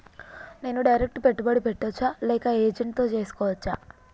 నేను డైరెక్ట్ పెట్టుబడి పెట్టచ్చా లేక ఏజెంట్ తో చేస్కోవచ్చా?